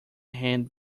hand